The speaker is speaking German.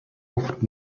oft